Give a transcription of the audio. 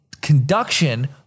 conduction